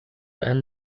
and